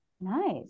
Nice